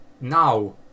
now